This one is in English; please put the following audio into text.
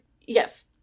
yes